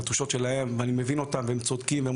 אלו תחושות שלהם ואני מבין אותם והם צודקים והם